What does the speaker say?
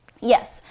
Yes